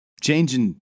changing